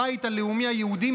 הבית הלאומי היהודי,